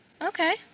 Okay